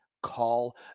call